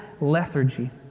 lethargy